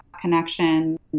connection